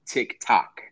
TikTok